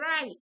right